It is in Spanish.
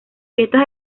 fiestas